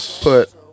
put